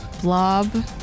blob